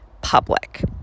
public